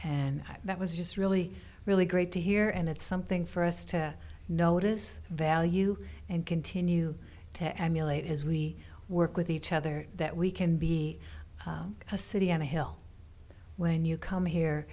and that was just really really great to hear and it's something for us to notice value and continue to emulate as we work with each other that we can be a city on a hill when you come here